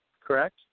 Correct